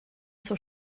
zur